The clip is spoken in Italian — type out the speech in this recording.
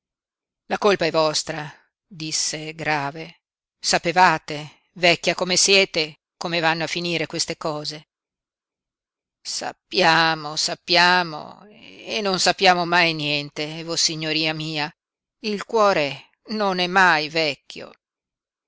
la colpa è vostra disse grave sapevate vecchia come siete come vanno a finire queste cose sappiamo sappiamo e non sappiamo mai niente vossignoria mia il cuore non è mai vecchio